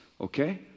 okay